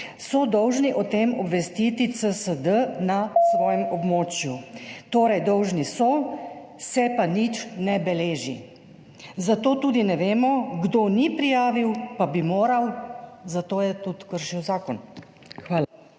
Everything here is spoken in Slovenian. dolžni o tem obvestiti CSD na svojem območju. Torej, dolžni so, se pa nič ne beleži, zato tudi ne vemo, kdo ni prijavil, pa bi moral, s tem je tudi kršil zakon. Hvala.